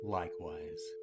likewise